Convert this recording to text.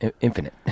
Infinite